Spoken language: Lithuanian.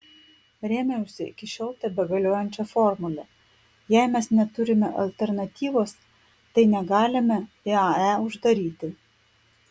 rėmiausi iki šiol tebegaliojančia formule jei mes neturime alternatyvos tai negalime iae uždaryti